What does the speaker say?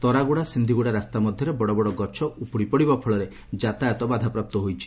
ତରାଗୁଡା ସିକ୍ଷିଗୁଡା ରାସ୍ତା ମଧ୍ଧରେ ବଡ ବଡ ଗଛ ଉପୁଡି ପଡିବା ଫଳରେ ଯାତାୟାତ ବାଧାପ୍ରାପ୍ତ ହୋଇଛି